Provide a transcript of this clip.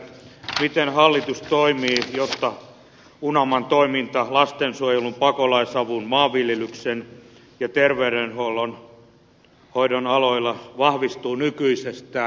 miten hallitus toimii jotta unaman toiminta lastensuojelun pakolaisavun maanviljelyksen ja terveydenhoidon aloilla vahvistuu nykyisestään